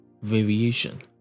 variation